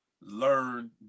learn